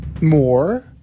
More